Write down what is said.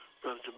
Brother